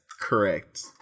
correct